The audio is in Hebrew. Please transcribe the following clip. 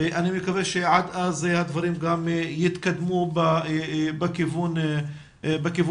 אני מקווה שעד אז הדברים גם יתקדמו בכיוון המבוקש.